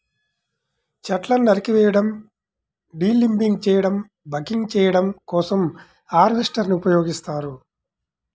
చెట్లను నరికివేయడం, డీలింబింగ్ చేయడం, బకింగ్ చేయడం కోసం హార్వెస్టర్ ని ఉపయోగిస్తారు